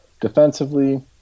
Defensively